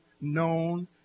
known